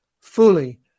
fully